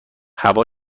هوا